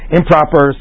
improper